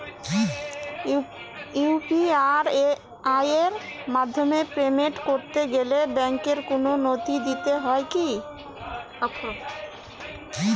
UPI এর মাধ্যমে payment করতে গেলে ব্যাংকের কোন নথি দিতে হয় কি?